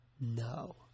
no